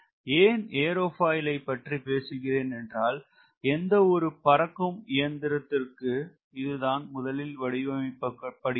ஏன் ஏரோபாயிலை பற்றி பேசுகிறேன் என்றால் எந்தவொரு பறக்கும் இயந்திரத்திற்கு இது தான் முதலில் வடிவமைக்கப்படுகிறது